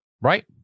Right